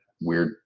weird